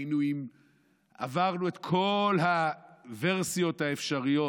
עברנו את כל הוורסיות האפשריות.